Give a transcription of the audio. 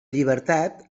llibertat